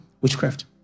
Witchcraft